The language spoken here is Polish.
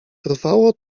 trwało